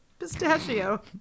pistachio